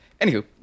Anywho